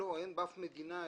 לא, אין באף מדינה.